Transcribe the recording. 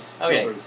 Okay